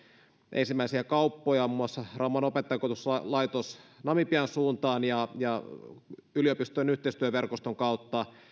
ensimmäisiä kauppoja muun muassa rauman opettajankoulutuslaitos namibian suuntaan ja ja ylipistojen yhteistyöverkoston kautta